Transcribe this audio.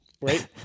Right